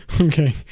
okay